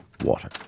Water